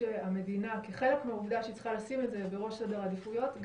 המדינה כחלק מהעובדה שהיא צריכה לשים את זה בראש סדר העדיפויות,